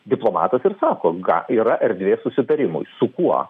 diplomatas ir sako gal yra erdvės susitarimui su kuo